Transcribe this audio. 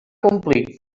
complir